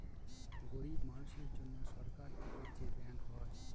গরিব মানুষের জন্য সরকার থেকে যে ব্যাঙ্ক হয়